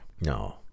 No